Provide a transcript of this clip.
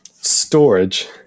Storage